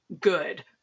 good